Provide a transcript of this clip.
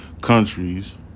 countries